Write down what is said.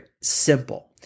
simple